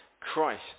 Christ